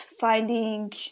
finding